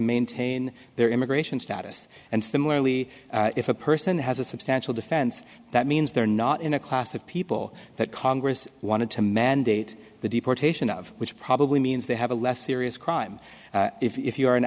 maintain their immigration status and similarly if a person has a substantial defense that means they're not in a class of people that congress wanted to mandate the deportation of which probably means they have a less serious crime if you are an